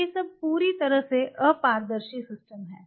ये सब पूरी तरह से अपारदर्शी सिस्टम हैं